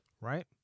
right